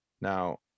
now